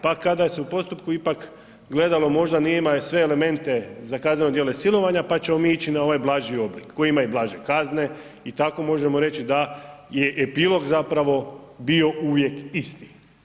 Pa kada se u postupku ipak gledalo možda nije imao sve elemente za kazneno djelo silovanja pa ćemo mi ići na ovaj blaži oblik koji ima i blaže kazne i tako možemo reći da je epilog zapravo bio uvijek isti.